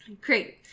great